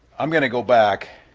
i'm going to go back